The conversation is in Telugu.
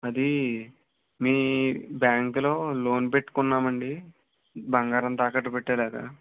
అది మీ బ్యాంకులో లోన్ పెట్టుకున్నాం అండి బంగారం తాకట్టు పెట్టాడు అది